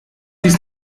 dies